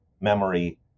memory